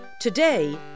Today